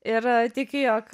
ir tikiu jog